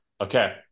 Okay